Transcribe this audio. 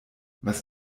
was